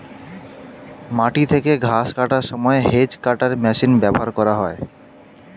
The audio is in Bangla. মাটি থেকে ঘাস কাটার সময় হেজ্ কাটার মেশিন ব্যবহার করা হয়